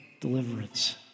deliverance